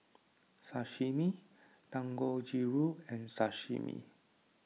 Sashimi Dangojiru and Sashimi